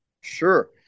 Sure